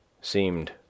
Seemed